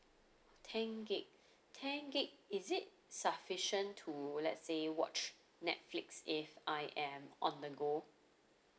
ten gig ten gig is it sufficient to let's say watch netflix if I am on the go